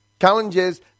Challenges